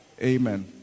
Amen